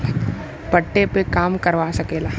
पट्टे पे काम करवा सकेला